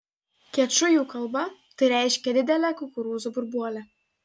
kečujų kalba tai reiškia didelę kukurūzo burbuolę